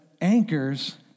anchors